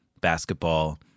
basketball